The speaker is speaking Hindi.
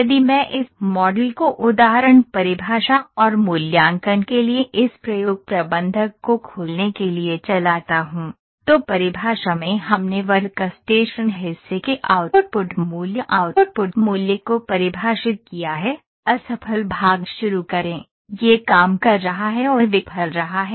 यदि मैं इस मॉडल को उदाहरण परिभाषा और मूल्यांकन के लिए इस प्रयोग प्रबंधक को खोलने के लिए चलाता हूं तो परिभाषा में हमने वर्कस्टेशन हिस्से के आउटपुट मूल्य आउटपुट मूल्य को परिभाषित किया है असफल भाग शुरू करें यह काम कर रहा है और विफल रहा है